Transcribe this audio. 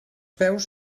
peus